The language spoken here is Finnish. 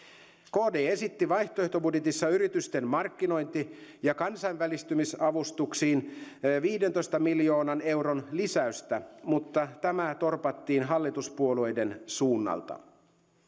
kd esitti vaihtoehtobudjetissa yritysten markkinointi ja kansainvälistymisavustuksiin viidentoista miljoonan euron lisäystä mutta tämä torpattiin hallituspuolueiden suunnalta